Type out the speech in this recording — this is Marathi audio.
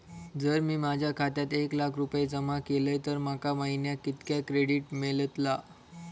जर मी माझ्या खात्यात एक लाख रुपये जमा केलय तर माका महिन्याक कितक्या क्रेडिट मेलतला?